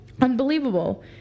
unbelievable